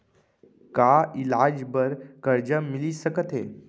का इलाज बर घलव करजा मिलिस सकत हे?